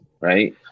right